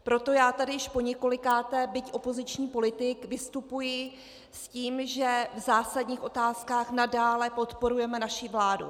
Proto tady již poněkolikáté, byť opoziční politik, vystupuji s tím, že v zásadních otázkách nadále podporujeme naši vládu.